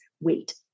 weight